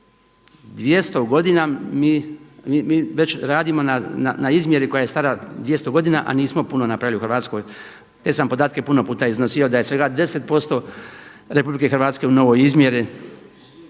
200 godina mi već radimo na izmjeri koja je stara 200 godina a nismo puno napravili u Hrvatskoj. Te sam podatke puno puta iznosio da je svega 10% RH u novoj izmjeri